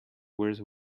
whereas